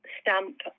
stamp